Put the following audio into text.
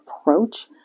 approach